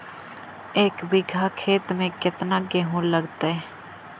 एक बिघा खेत में केतना गेहूं लगतै?